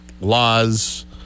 laws